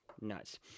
nuts